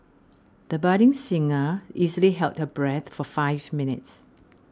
the budding singer easily held her breath for five minutes